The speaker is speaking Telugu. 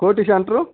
కోటి సెంటరు